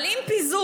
אבל אם פיזור,